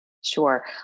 Sure